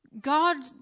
God